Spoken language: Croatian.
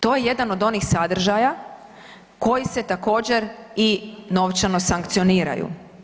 To je jedan od onih sadržaja koji se također i novčano sankcioniraju.